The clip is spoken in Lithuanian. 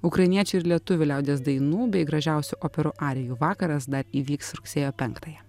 ukrainiečių ir lietuvių liaudies dainų bei gražiausių operų arijų vakaras dar įvyks rugsėjo penktąją